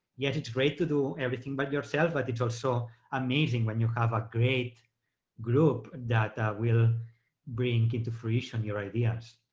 yes, it's great to do everything but yourself, but it's also amazing when you have a great group that that will bring into fruition your ideas.